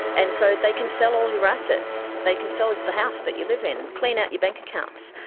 and so they can sell all your assets, they can sell the house that you live in, clean out your bank accounts.